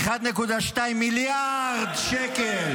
1.2 מיליארד שקל.